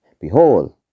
Behold